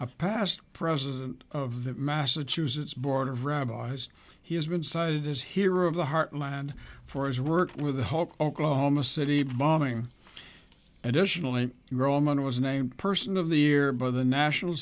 a past president of the massachusetts board of rabbis he has been cited as hero of the heartland for his work with the help oklahoma city bombing additionally roman was named person of the year by the national